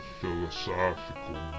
philosophical